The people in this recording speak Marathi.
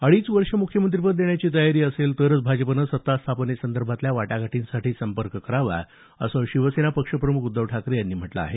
अडीच वर्ष मुख्यमंत्रिपद देण्याची तयारी असेल तरच भाजपनं सत्ता स्थापनेसंदर्भातल्या वाटाघाटींसाठी संपर्क करावा असं शिवसेना पक्षप्रमुख उद्धव ठाकरे यांनी म्हटलं आहे